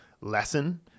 lesson